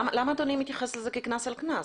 למה אדוני מתייחס אל זה כקנס על קנס?